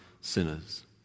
sinners